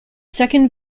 second